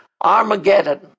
Armageddon